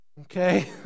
okay